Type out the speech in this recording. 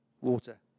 Water